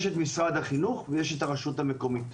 יש משרד החינוך ויש הרשות המקומית.